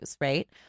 right